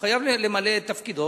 הוא חייב למלא את תפקידו.